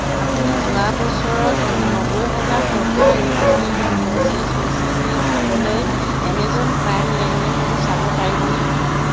আপুনি যোৱা বছৰত নব্বৈ হাজাৰ টকাৰ ৰিফাণ্ড এটা প্ৰ'চেছ হৈছেনে চাবলৈ এমেজন প্ৰাইম লেনদেনসমূহ চাব পাৰিবনে